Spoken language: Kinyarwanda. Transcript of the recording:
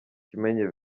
kimenyi